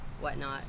whatnot